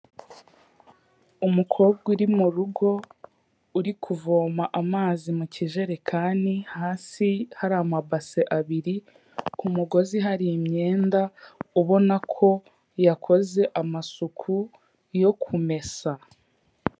Umukobwa uri mu rugo, uri kuvoma amazi mu kijerekani, hasi hari amabase abiri, ku mugozi hari imyenda, ubona ko yakoze amasuku, yo kumesa.